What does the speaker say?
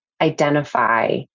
identify